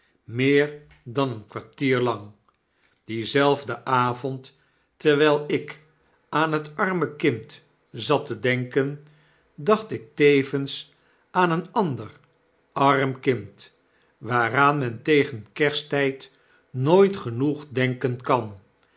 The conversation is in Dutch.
meer dan een kwartier lang dienzelfden avond terwyl ik aan het arme het ledige huis is bewoond kind zat te denken dacht ik tevens aan een ander arm kind waaraan men tegen kersttyd nooit genoeg denken kan